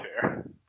fair